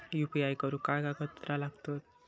UPI करुक काय कागदपत्रा लागतत?